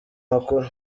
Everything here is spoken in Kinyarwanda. makuru